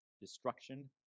destruction